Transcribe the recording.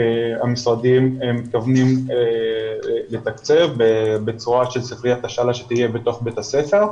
שהמשרדים אמורים לתקצב בצורה של ספריית השאלה שתהיה בתוך בית הספר.